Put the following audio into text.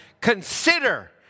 Consider